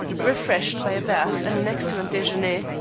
refreshed by a bath and an excellent dejeuner,